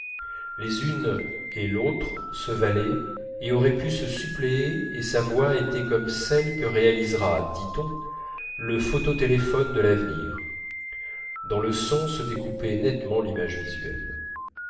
les unes et l'autre se valaient et auraient pu se suppléer et sa voix était comme celle que réalisera dit-on le photo téléphone de l'avenir dans le son se découpait nettement l'image visuelle